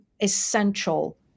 essential